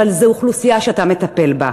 זו אוכלוסייה שאתה מטפל בה,